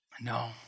No